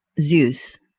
Zeus